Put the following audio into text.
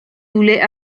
voulaient